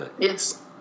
Yes